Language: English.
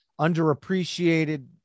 underappreciated